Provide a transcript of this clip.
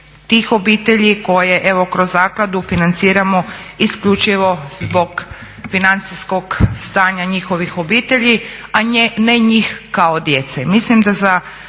tih obitelji koje evo kroz zakladu financiramo isključivo zbog financijskog stanja njihovih obitelji a ne njih kao djece.